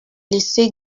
laissé